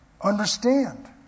understand